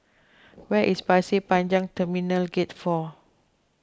where is Pasir Panjang Terminal Gate four